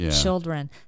children